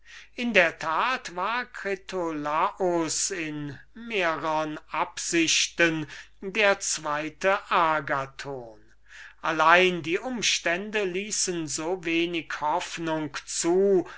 in der tat war critolaus in mehrern absichten der zweite agathon allein die umstände ließen so wenig hoffnung zu